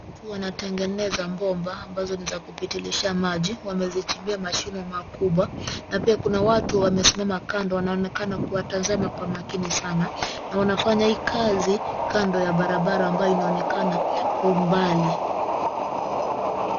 Watu wanatengeneza bomba ambazo ni za kupitilisha maji. Wamezichimbia mashimo makubwa na pia kuna watu wamesimama kando wanonekana kuwatazama kwa makini sana na wanafanya hii kazi kando ya barabara ambayo inaonekana kwa umbali.